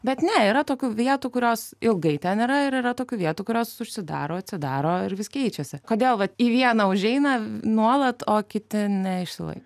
bet ne yra tokių vietų kurios ilgai ten yra ir yra tokių vietų kurios užsidaro atsidaro ir vis keičiasi kodėl vat į vieną užeina nuolat o kiti neišsilaiko